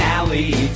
Alley